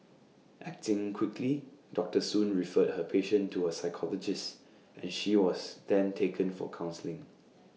acting quickly doctor soon referred her patient to A psychologist and she was then taken for counselling